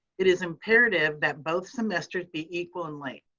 it is imperative that both semesters be equal in length.